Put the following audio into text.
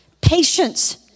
patience